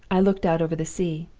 i looked out over the sea.